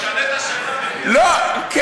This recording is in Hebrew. כן.